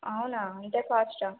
అవునా ఇంత కాస్టా